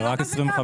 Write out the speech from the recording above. זה לא גם וגם.